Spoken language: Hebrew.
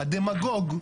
"הדמגוג,